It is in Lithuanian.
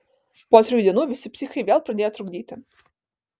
po trijų dienų visi psichai vėl pradėjo trukdyti